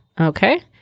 Okay